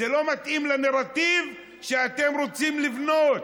זה לא מתאים לנרטיב שאתם רוצים לבנות.